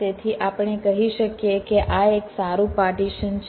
તેથી આપણે કહી શકીએ કે આ એક સારું પાર્ટીશન છે